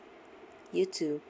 you too